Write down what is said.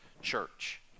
church